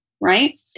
right